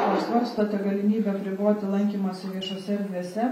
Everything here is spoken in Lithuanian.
ar svarstote galimybę apriboti lankymąsi viešose erdvėse